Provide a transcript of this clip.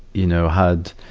you know, had,